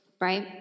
right